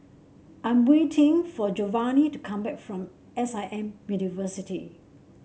I'm waiting for Jovanni to come back from S I M University